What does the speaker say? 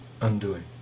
undoing